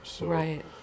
Right